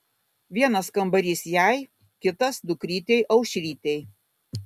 vienas kambarys jai kitas dukrytei aušrytei